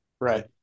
Right